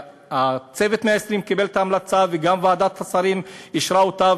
הצוות קיבל את ההמלצה וגם ועדת השרים אישרה אותה,